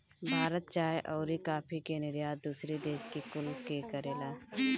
भारत चाय अउरी काफी के निर्यात दूसरी देश कुल के करेला